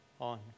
on